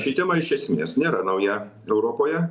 ši tema iš esmės nėra nauja europoje